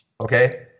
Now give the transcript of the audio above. Okay